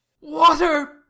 water